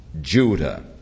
Judah